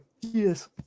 Yes